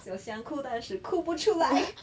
有想哭可是哭不出来